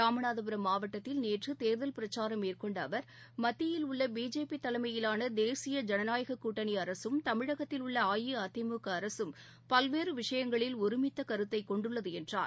ராமநாதபுரம் மாவட்டத்தில் நேற்றுதேர்தல் பிரச்சாரம் மேற்கொண்டஅவர் மத்தியில் உள்ளபிஜேபிதலைமையிலானதேசிய ஜனநாயககூட்டணிஅரசும் தமிழகத்தில் உள்ளஅஇஅதிமுகஅரசும் பல்வேறுவிஷயங்களில் ஒருமித்தகருத்தைக் கொண்டுள்ளதுஎன்றார்